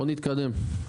בוא נתקדם.